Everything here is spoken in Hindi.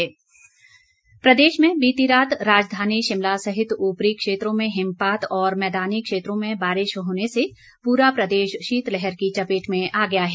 मौसम प्रदेश में बीती रात राजधानी शिमला सहित ऊपरी क्षेत्रों में हिमपात और मैदानी क्षेत्रों में बारिश होने से पूरा प्रदेश शीतलहर की चपेट में आ गया है